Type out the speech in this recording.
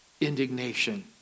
indignation